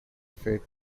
fed